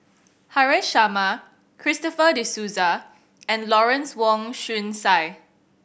Haresh Sharma Christopher De Souza and Lawrence Wong Shyun Tsai